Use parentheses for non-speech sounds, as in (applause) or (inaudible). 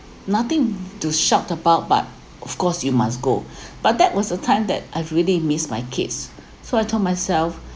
nothing to shout about but of course you must go (breath) but that was a time that I really missed my kids so I told myself